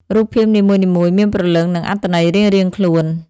រូបភាពនីមួយៗមានព្រលឹងនិងអត្ថន័យរៀងៗខ្លួន។